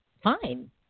fine